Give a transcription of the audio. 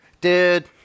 Dude